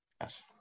Yes